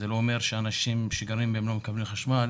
זה לא אומר שאנשים שגרים הם לא מקבלים חשמל,